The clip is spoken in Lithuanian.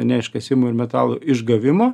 ne iškasimo ir metalų išgavimo